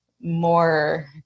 more